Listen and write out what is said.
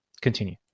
Continue